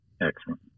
Excellent